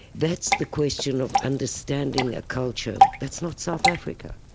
that's the question of understanding a culture. that's not south africa